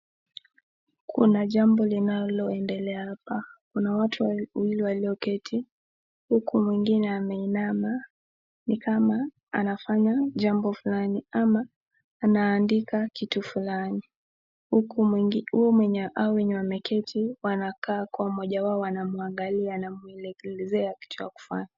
Kuna jambo linaloendela hapa kuna watu wawili walioketi huku mwingine ameinama ni kama anafanya jambo fulani ama anaandika kitu fulani . Huku hawa wenye wameketi wanakaa kuwa mmoja wao wanamwangali anamwelekezea kitu ya kufanya .